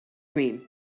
cream